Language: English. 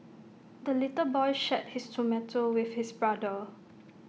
the little boy shared his tomato with his brother